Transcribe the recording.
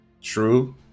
True